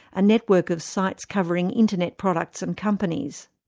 a network of sites covering internet products and companies.